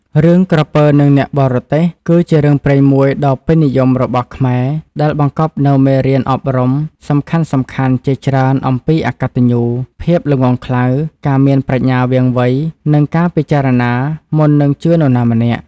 រឿង "ក្រពើនឹងអ្នកបរទេះ" គឺជារឿងព្រេងមួយដ៏ពេញនិយមរបស់ខ្មែរដែលបង្កប់នូវមេរៀនអប់រំសំខាន់ៗជាច្រើនអំពីអកតញ្ញូ ភាពល្ងង់ខ្លៅ ការមានប្រាជ្ញាវាងវៃ និងការពិចារណាមុននឹងជឿនរណាម្នាក់។